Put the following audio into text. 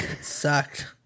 sucked